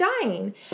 dying